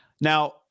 now